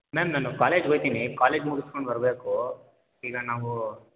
ma'am ನಾನು ಕಾಲೇಜ್ಗೆ ಹೋಯ್ತಿನಿ ಕಾಲೇಜ್ ಮುಗುಸ್ಕೊಂಡು ಬರಬೇಕು ಈಗ ನಾವು